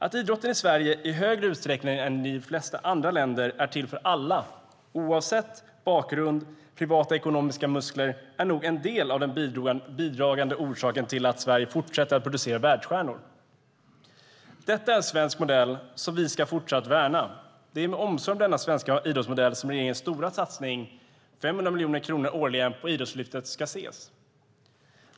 Att idrotten i Sverige i större utsträckning än i de flesta andra länder är till för alla, oavsett bakgrund och privata ekonomiska muskler, är nog en av de bidragande orsakerna till att Sverige fortsätter att producera världsstjärnor. Detta är en svensk modell som vi fortsatt ska värna. Det är med omsorg om denna svenska idrottsmodell som regeringens stora satsning med 500 miljoner kronor årligen på Idrottslyftet ska ses.